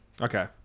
Okay